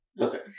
okay